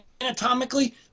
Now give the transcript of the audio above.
anatomically